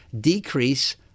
decrease